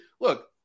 look